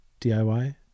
DIY